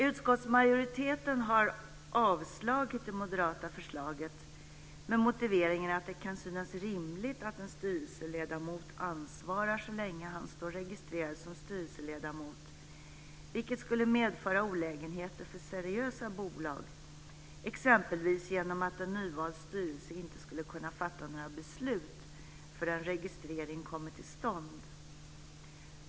Utskottsmajoriteten har avstyrkt det moderata förslaget med motiveringen att det kan synas rimligt att en styrelseledamot ansvarar så länge som han står registrerad som styrelseledamot, vilket skulle medföra olägenheter för seriösa bolag, exempelvis genom att en nyvald styrelse inte skulle kunna fatta några beslut förrän registrering kommit till stånd.